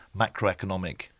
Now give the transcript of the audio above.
macroeconomic